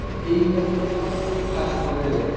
এই এইবিলাক শাক বনৰে